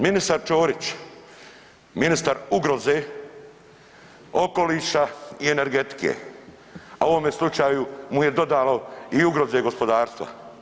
Ministar Ćorić, ministar ugroze, okoliša i energetike, a u ovome slučaju mu je dodalo i ugroze gospodarstva.